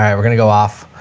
um we're going to go off.